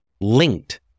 linked